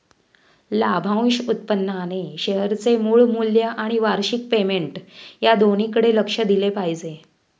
लाभांश उत्पन्नाने शेअरचे मूळ मूल्य आणि वार्षिक पेमेंट या दोन्हीकडे लक्ष दिले पाहिजे